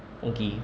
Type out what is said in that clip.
okay